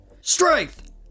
Strength